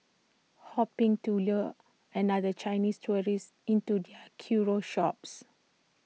hoping to lure another Chinese tourist into their curio shops